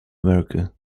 america